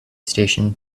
station